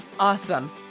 Awesome